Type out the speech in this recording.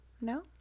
no